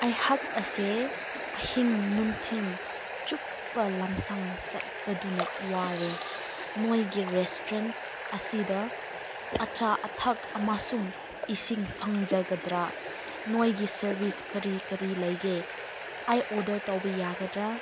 ꯑꯩꯍꯥꯛ ꯑꯁꯦ ꯑꯍꯤꯡ ꯅꯨꯡꯊꯤꯜ ꯆꯨꯞꯄ ꯂꯝꯁꯥꯡ ꯆꯠꯄꯗꯨꯅ ꯋꯥꯔꯦ ꯅꯣꯏꯒꯤ ꯔꯦꯁꯇꯨꯔꯦꯟ ꯑꯁꯤꯗ ꯑꯆꯥ ꯑꯊꯛ ꯑꯃꯁꯨꯡ ꯏꯁꯤꯡ ꯐꯪꯖꯒꯗ꯭ꯔꯥ ꯅꯣꯏꯒꯤ ꯁꯥꯔꯕꯤꯁ ꯀꯔꯤ ꯀꯔꯤ ꯂꯩꯒꯦ ꯑꯩ ꯑꯣꯔꯗꯔ ꯇꯧꯕ ꯌꯥꯒꯗ꯭ꯔꯥ